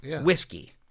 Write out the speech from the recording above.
whiskey